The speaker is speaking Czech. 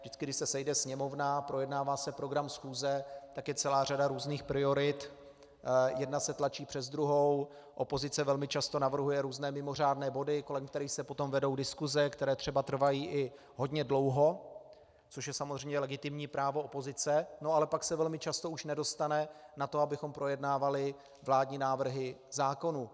Vždycky když se sejde Sněmovna a projednává se program schůze, tak je celá řada různých priorit, jedna se tlačí přes druhou, opozice velmi často navrhuje různé mimořádné body, kolem kterých se potom vedou diskuse, které třeba trvají i hodně dlouho, což je samozřejmě legitimní právo opozice, ale pak se velmi často už nedostane na to, abychom projednávali vládní návrhy zákonů.